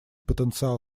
потенциал